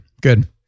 Good